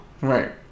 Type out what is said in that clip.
Right